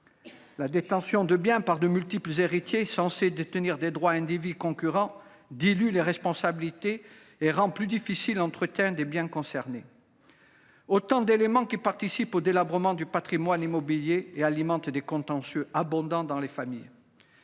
La détention de biens par de multiples héritiers censés détenir des droits indivis concurrents dilue les responsabilités et rend plus difficile l’entretien des biens concernés. Tous ces éléments participent au délabrement du patrimoine immobilier et alimentent d’abondants contentieux dans les familles.